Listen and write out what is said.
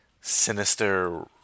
sinister